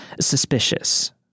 suspicious